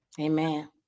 Amen